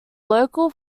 local